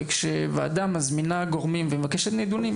כשוועדה מזמינה גורמים ומבקשת נתונים,